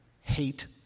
hate